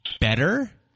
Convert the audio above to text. better